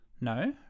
No